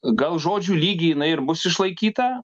gal žodžių lygy jinai ir bus išlaikyta